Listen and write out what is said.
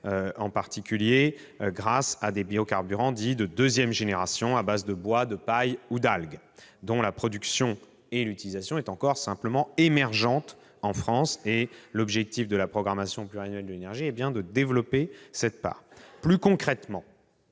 mais grâce à des biocarburants dits « de deuxième génération » à base de bois, de paille ou d'algues, dont la production et l'utilisation sont encore simplement émergentes en France. La programmation pluriannuelle de l'énergie a bien pour objectif de développer cette part.